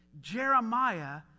Jeremiah